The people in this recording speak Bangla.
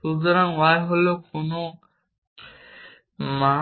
সুতরাং y হল মা